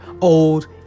Old